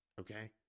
okay